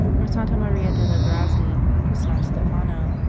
from santa maria delle grazie to san stefano,